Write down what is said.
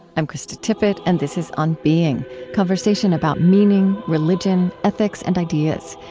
i'm krista tippett, and this is on being conversation about meaning, religion, ethics, and ideas.